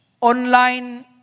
online